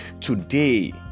today